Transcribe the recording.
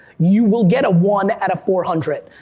you will get a one out of four hundred.